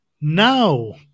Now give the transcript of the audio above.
now